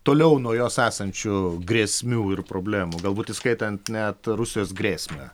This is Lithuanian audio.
toliau nuo jos esančių grėsmių ir problemų galbūt įskaitant net rusijos grėsmę